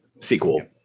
sequel